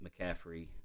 McCaffrey